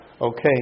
Okay